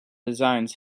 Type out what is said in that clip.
designs